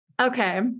okay